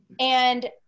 and-